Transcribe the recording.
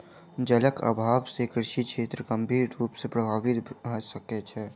जलक अभाव से कृषि क्षेत्र गंभीर रूप सॅ प्रभावित भ सकै छै